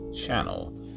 channel